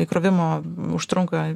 įkrovimo užtrunka